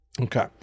Okay